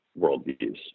worldviews